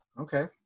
Okay